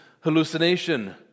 hallucination